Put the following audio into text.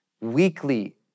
Weekly